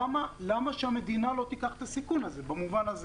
למה שהמדינה לא תיקח את הסיכון הזה במובן הזה